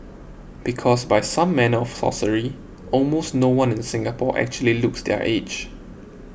because by some manner of sorcery almost no one in Singapore actually looks their age